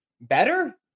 better